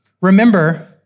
remember